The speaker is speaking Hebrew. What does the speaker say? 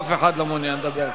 אף אחד לא מעוניין לדבר.